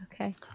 Okay